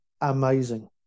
amazing